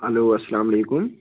hello اسلام علیکُم